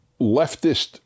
leftist